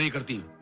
like of the